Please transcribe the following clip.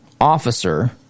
officer